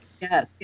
yes